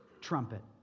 trumpet